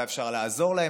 אולי אפשר לעזור להם.